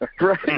Right